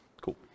Cool